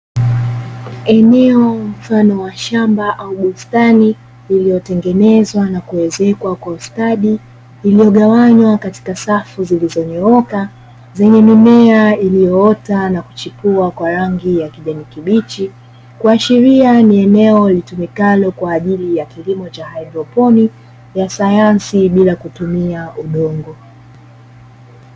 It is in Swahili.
Eneo mfano wa shamba au bustani iliyotengenezwa na kuezekwa kwa ustadi, iliyogawanywa katika safu zilizonyooka zenye mimea iliyoota na kuchipua kwa rangi ya kijani kibichi, kuashiria ni eneo litumikalo kwa ajili ya kilimo cha haidroponi, ya sayansi bila kutumia udongo.